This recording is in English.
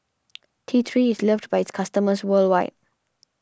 T three is loved by its customers worldwide